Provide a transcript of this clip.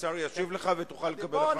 השר ישיב לך, ואז תוכל לקבל עוד חמש דקות.